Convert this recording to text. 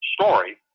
story